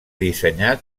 dissenyat